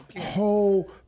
whole